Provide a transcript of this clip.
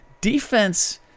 Defense